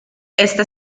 esta